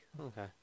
Okay